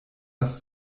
das